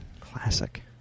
Classic